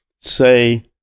say